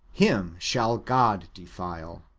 him shall god defile.